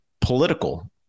political